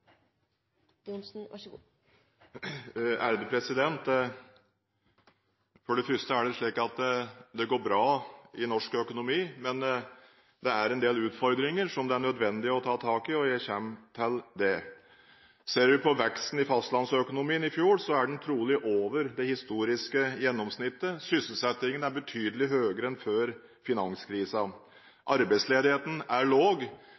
det slik at det går bra i norsk økonomi. Men det er en del utfordringer som det er nødvendig å ta tak i, og jeg vil komme til det. Ser vi på veksten i fastlandsøkonomien i fjor, er den trolig over det historiske gjennomsnittet. Sysselsettingen er betydelig høyere enn før finanskrisen. Arbeidsledigheten er